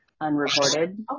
unreported